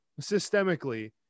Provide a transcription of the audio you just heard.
systemically